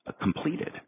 completed